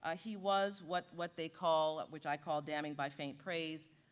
ah he was what what they call, which i call damning by faint praise,